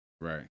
Right